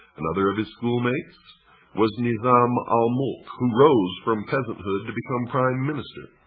another of hisschoolmates was nizam-ul-mulk, who rose from peasanthood to become prime minister.